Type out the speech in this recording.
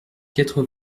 quatre